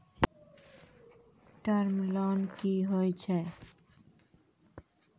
Term loan कि होय छै?